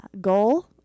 goal